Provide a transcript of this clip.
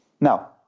Now